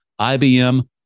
IBM